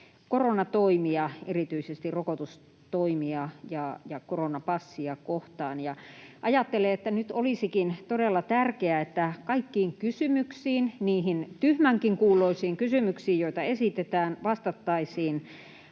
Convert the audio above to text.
koronatoimia, erityisesti rokotustoimia ja koronapassia, kohtaan. Ajattelen, että nyt olisikin todella tärkeää, että kaikkiin kysymyksiin, niihin tyhmänkin kuuloisiin kysymyksiin, joita esitetään, vastattaisiin